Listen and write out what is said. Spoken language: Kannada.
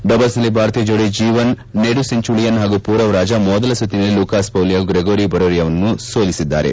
ಡಬಲ್ಸ್ನಲ್ಲಿ ಭಾರತೀಯ ಜೋಡಿ ಜೀವನ್ ನೆಡುಸೆಂಚುಳಿಯನ್ ಹಾಗೂ ಪೂರವ್ ರಾಜ ಮೊದಲ ಸುತ್ತಿನಲ್ಲಿ ಲುಕಸ್ ಪೌಲಿ ಹಾಗೂ ಗ್ರಗೋರಿ ಬರೇರೆ ಎದುರು ಸೋಲು ಕಂಡಿದ್ದಾರೆ